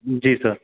जी sir